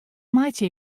meitsje